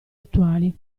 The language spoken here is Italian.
attuali